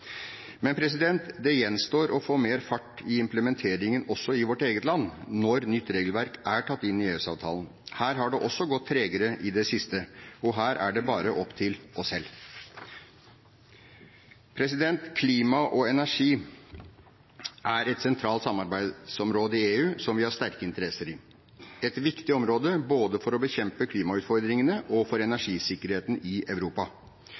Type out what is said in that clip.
Men det gjenstår å få mer fart i implementeringene også i vårt eget land, når nytt regelverk er tatt inn i EØS-avtalen. Her har det også gått tregere i det siste, og her er det bare opp til oss selv. Klima og energi er et sentralt samarbeidsområde i EU, som vi har sterke interesser i – et viktig område, både for å bekjempe klimautfordringene og for energisikkerheten i Europa.